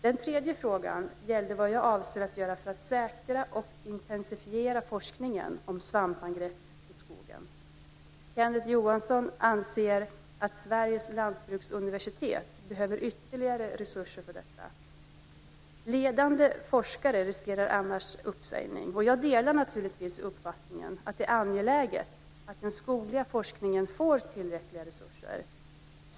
Den tredje frågan gällde vad jag avser att göra för att säkra och intensifiera forskningen om svampangrepp i skogen. Kenneth Johansson anser att Sveriges lantbruksuniversitet behöver ytterligare resurser för detta. Ledande gremmeniellaforskare riskerar annars uppsägning. Jag delar naturligtvis uppfattningen att det är angeläget att den skogliga forskningen får tillräckliga resurser.